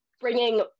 bringing